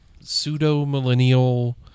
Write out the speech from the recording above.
pseudo-millennial